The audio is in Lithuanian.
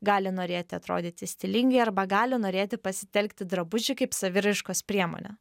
gali norėti atrodyti stilingai arba gali norėti pasitelkti drabužį kaip saviraiškos priemonę